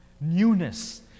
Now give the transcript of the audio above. Newness